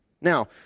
Now